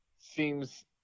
seems